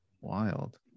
wild